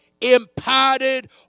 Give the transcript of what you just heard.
imparted